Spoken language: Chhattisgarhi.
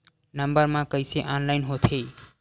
नम्बर मा कइसे ऑनलाइन होथे?